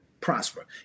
prosper